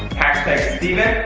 hashtag stephen.